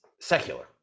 secular